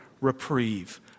reprieve